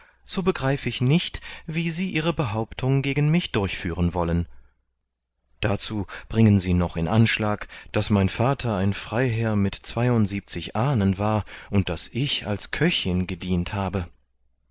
so begreife ich nicht wie sie ihre behauptung gegen mich durchführen wollen dazu bringen sie noch in anschlag daß mein vater ein freiherr mit ahnen war und daß ich als köchin gedient habe